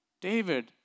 David